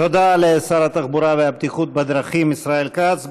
תודה לשר התחבורה והבטיחות בדרכים ישראל כץ.